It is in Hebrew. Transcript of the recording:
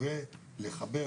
ולחבר